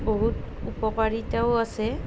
বহুত উপকাৰিতাও আছে